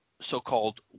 so-called